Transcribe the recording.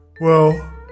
Well